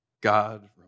God